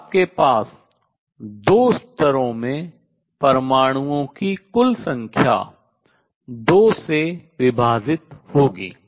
और आपके पास दो स्तरों में परमाणुओं की कुल संख्या दो से विभाजित होगी